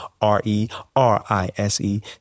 r-e-r-i-s-e